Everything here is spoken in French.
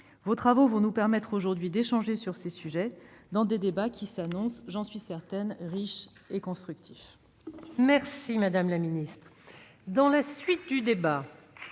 Vos travaux vont nous permettre d'échanger sur ces sujets au cours de débats qui s'annoncent, j'en suis certaine, riches et constructifs.